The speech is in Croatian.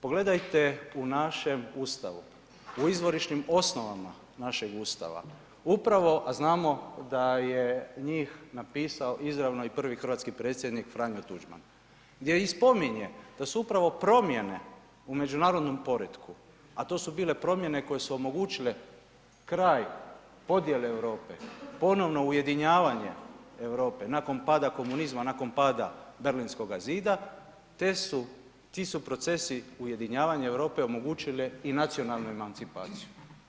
Pogledajte u našem Ustavu, u izvorišnim osnovama našeg Ustava upravo, a znamo da je njih napisao izravno i prvi hrvatski predsjednik Franjo Tuđman, gdje i spominje da su upravo promijene u međunarodnom poretku, a to su bile promjene koje su omogućile kraj podjele Europe, ponovno ujedinjavanje Europe nakon pada komunizma, nakon pada Berlinskoga zida ti su procesi ujedinjava Europe omogućile i nacionalnu emancipaciju.